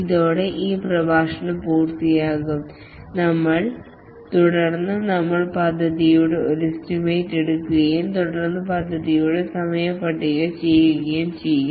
ഇതോടെ ഈ പ്രഭാഷണം പൂർത്തിയാകും തുടർന്ന് നമ്മൾ പദ്ധതിയുടെ ഒരു എസ്റ്റിമേറ്റ് എടുക്കുകയും തുടർന്ന് പദ്ധതിയുടെ സ്ചെഡ്യൂൾ തയ്യാറാകുകയും ചെയ്യും